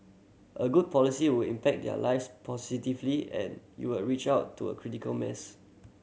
a good policy will impact their lives positively and you'll reach out to a critical mass